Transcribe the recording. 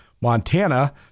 Montana